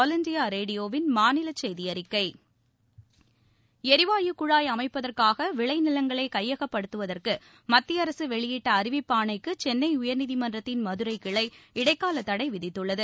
ளரிவாயு குழாய் அமைப்பதற்காக விளை நிலங்களை கையகப்படுத்தவதற்கு மத்திய அரசு வெளியிட்ட அறிவிப்பாணைக்கு சென்னை உயர்நீதிமன்றத்தின் மதுரை கிளை இடைக்கால தடை விதித்துள்ளது